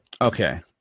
Okay